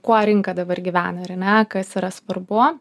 kuo rinka dabar gyvena ar ne kad yra svarbu